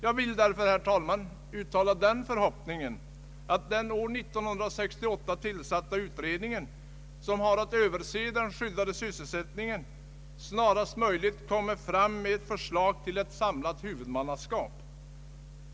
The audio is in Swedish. Jag vill därför, herr talman, uttala förhoppningen att den år 1968 tillsatta utredningen som har att överse den skyddade sysselsättningen snarast möjligt kommer fram med förslag till ett samlat huvudmannaskap.